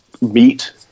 meet